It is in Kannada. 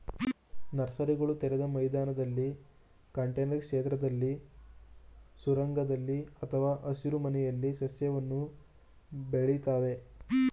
ನರ್ಸರಿಗಳು ತೆರೆದ ಮೈದಾನದಲ್ಲಿ ಕಂಟೇನರ್ ಕ್ಷೇತ್ರದಲ್ಲಿ ಸುರಂಗದಲ್ಲಿ ಅಥವಾ ಹಸಿರುಮನೆಯಲ್ಲಿ ಸಸ್ಯಗಳನ್ನು ಬೆಳಿತವೆ